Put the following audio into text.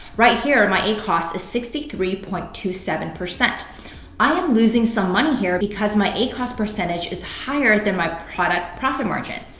right here, and my acos is sixty three point two seven. i am losing some money here because my acos percentage is higher than my product profit margin.